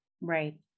Right